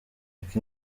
uko